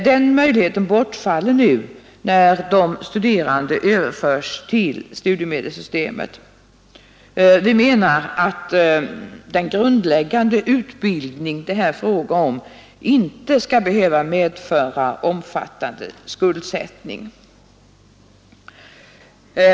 Den möjligheten bortfaller nu, när de studerande överförs till studiemedelssystemet. Vi menar att den grundläggande utbildning det är fråga om inte skall behöva medföra omfattande skuldsättning.